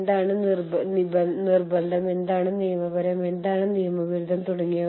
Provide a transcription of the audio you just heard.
അല്ലെങ്കിൽ ചില സ്ഥലങ്ങളിൽ ചിക്കൻ ടിക്ക ബർഗർ കഴിക്കാം